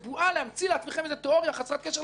להמציא לכם תיאוריה חסרת קשר למציאות.